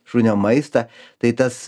šunio maistą tai tas